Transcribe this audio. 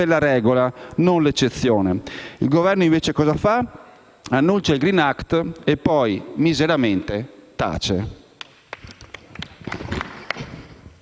la regola e non l'eccezione. Il Governo, invece, cosa fa? Annuncia il *green* *act* e poi, miseramente, tace.